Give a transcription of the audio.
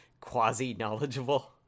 quasi-knowledgeable